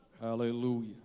Hallelujah